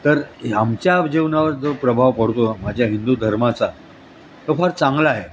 तर आमच्या जीवनावर जो प्रभाव पडतो माझ्या हिंदू धर्माचा तो फार चांगला आहे